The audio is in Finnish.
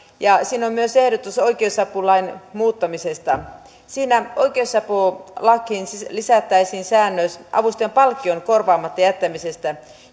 ja siinä on myös ehdotus oikeusapulain muuttamisesta siinä oikeusapulakiin lisättäisiin säännös avustajan palkkion korvaamatta jättämisestä